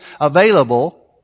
available